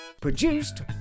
Produced